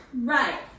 right